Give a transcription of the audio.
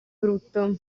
brutto